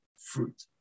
fruit